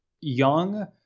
young